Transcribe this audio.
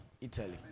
Italy